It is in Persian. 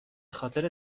خاطر